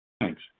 thanks